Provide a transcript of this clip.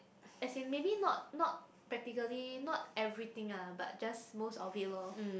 as he maybe not not practically not everything lah but just most of it loh